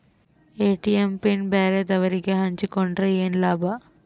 ATM PIN ಬ್ಯಾರೆದವರಗೆ ಹಂಚಿಕೊಂಡರೆ ಏನು ಲಾಭ?